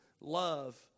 Love